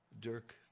Dirk